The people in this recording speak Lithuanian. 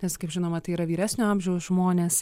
nes kaip žinoma tai yra vyresnio amžiaus žmonės